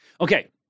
okay